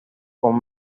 con